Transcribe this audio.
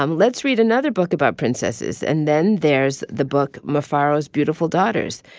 um let's read another book about princesses. and then there's the book mufaro's beautiful daughters,